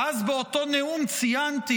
ואז באותו נאום ציינתי